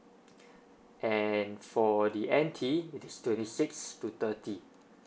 and for the N_T it is twenty six to thirty